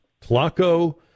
Tlaco